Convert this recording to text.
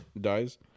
dies